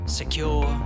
secure